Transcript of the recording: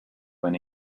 when